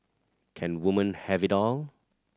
can woman have it all